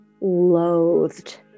loathed